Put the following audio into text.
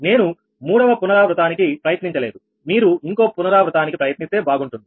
నేను 3వ పునరావృతానికి ప్రయత్నించలేదు మీరు ఇంకో పునరావృతానికి ప్రయత్నిస్తే బాగుంటుంది